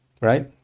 Right